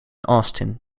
austin